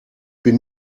bin